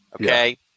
okay